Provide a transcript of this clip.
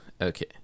Okay